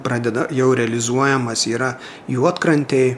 pradeda jau realizuojamas yra juodkrantėj